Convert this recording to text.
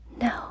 no